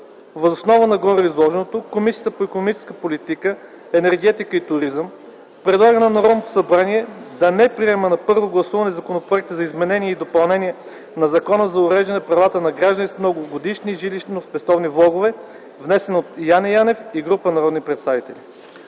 Въз основа на гореизложеното Комисията по икономическата политика, енергетика и туризъм предлага на Народното събрание да не приеме на първо гласуване Законопроекта за изменение и допълнение на Закона за уреждане правата на граждани с многогодишни жилищно-спестовни влогове, внесен от Яне Янев и група народни представители.